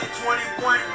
2021